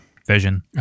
vision